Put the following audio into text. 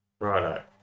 Righto